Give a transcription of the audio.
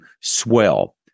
swell